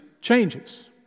changes